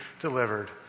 delivered